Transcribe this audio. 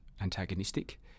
antagonistic